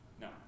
no